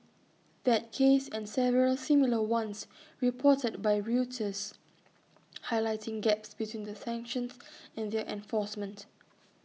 that case and several similar ones reported by Reuters highlighted gaps between the sanctions and their enforcement